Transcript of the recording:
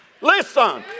Listen